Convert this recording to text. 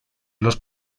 los